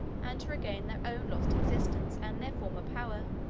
and to regain their own lost existence and their former power.